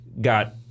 got